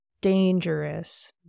dangerous